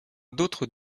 d’autres